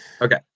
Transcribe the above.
Okay